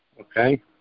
okay